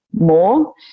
more